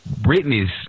Britney's